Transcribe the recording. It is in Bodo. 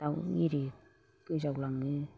दाउ एरि गोजावलाङो